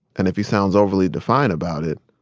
and if he sounds overly defiant about it,